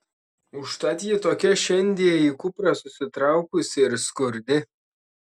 užtat ji tokia šiandie į kuprą susitraukusi ir skurdi